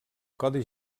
codi